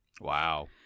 Wow